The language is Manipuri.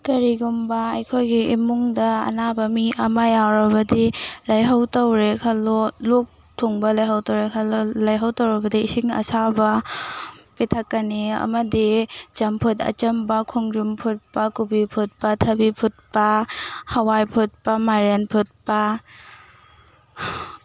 ꯀꯔꯤꯒꯨꯝꯕ ꯑꯩꯈꯣꯏꯒꯤ ꯏꯃꯨꯡꯗ ꯑꯅꯥꯕ ꯃꯤ ꯑꯃ ꯌꯥꯎꯔꯕꯗꯤ ꯂꯥꯏꯍꯧ ꯇꯧꯔꯦ ꯈꯟꯂꯣ ꯂꯣꯛ ꯊꯨꯡꯕ ꯂꯥꯏꯍꯧ ꯇꯧꯔꯦ ꯈꯟꯂꯣ ꯂꯥꯏꯍꯧ ꯇꯧꯔꯒꯗꯤ ꯏꯁꯤꯡ ꯑꯁꯥꯕ ꯄꯤꯊꯛꯀꯅꯤ ꯑꯃꯗꯤ ꯆꯝꯐꯨꯠ ꯑꯆꯝꯕ ꯈꯣꯡꯗ꯭ꯔꯨꯝ ꯐꯨꯠꯄ ꯀꯣꯕꯤ ꯐꯨꯠꯄ ꯊꯕꯤ ꯐꯨꯠꯄ ꯍꯋꯥꯏ ꯐꯨꯠꯄ ꯃꯥꯏꯔꯦꯟ ꯐꯨꯠꯄ